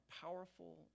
powerful